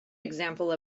example